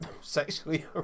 sexually